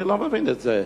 אני לא מבין את זה.